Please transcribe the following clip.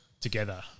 together